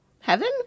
heaven